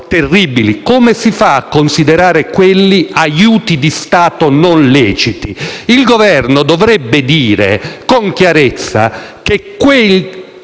terribili. Come si fa a considerare quelli come aiuti di Stato non leciti? Il Governo dovrebbe dire con chiarezza che quegli